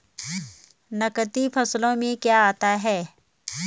नकदी फसलों में क्या आता है?